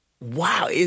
wow